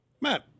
Matt